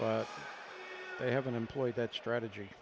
but they have an employee that strategy